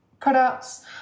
products